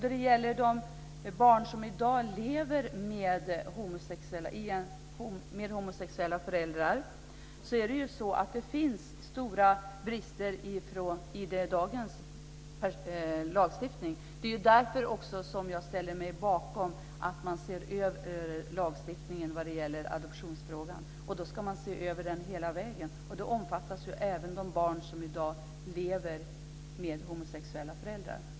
När det gäller de barn som i dag lever med homosexuella föräldrar finns stora brister i dagens lagstiftning. Det är därför som jag ställer mig bakom att man ser över lagstiftningen i adoptionsfrågan. Då ska man se över den hela vägen. Då omfattas även de barn som i dag lever med homosexuella föräldrar.